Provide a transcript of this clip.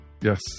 yes